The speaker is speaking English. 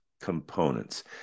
components